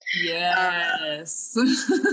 yes